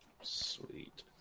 Sweet